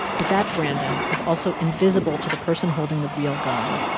but that brandon was also invisible to the person holding the real gun.